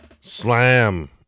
slam